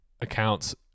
accounts